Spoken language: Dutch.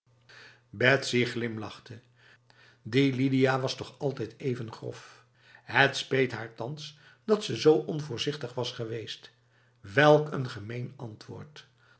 betsy glimlachte die lidia was toch altijd even grof het speet haar thans dat ze zo onvoorzichtig was geweest welk een gemeen antwoord